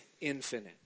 infinite